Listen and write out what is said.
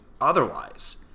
otherwise